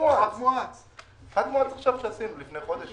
לפני חודש,